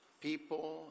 People